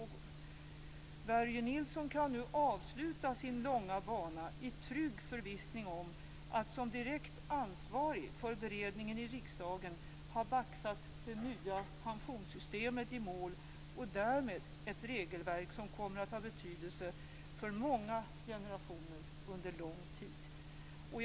Börje Nilsson kan nu avsluta sin långa bana i trygg förvissning om att, som direkt ansvarig för beredningen i riksdagen, ha baxat det nya pensionssystemet i mål och därmed ett regelverk som kommer att ha betydelse för många generationer under lång tid.